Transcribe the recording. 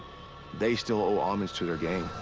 they still owe homage to their gang.